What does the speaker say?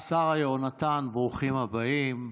שרה, יהונתן, ברוכים הבאים.